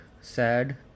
sad